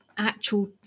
Actual